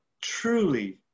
truly